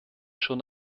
schon